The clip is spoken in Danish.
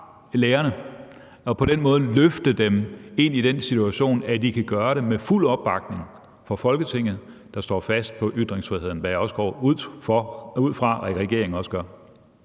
lærerne og på den måde løfte dem ind i den situation, at de kan gøre det med fuld opbakning fra Folketingets side, der står fast på ytringsfriheden, hvad jeg også går ud fra regeringen gør.